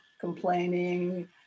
complaining